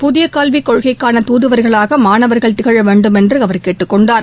புதிய கல்விக் கொள்கைக்கான தூதுவர்களாக மாணவர்கள் திகழ வேண்டும் என்று அவர் கேட்டுக்கொண்டார்